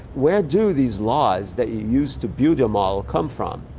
where do these laws that you used to view the model come from?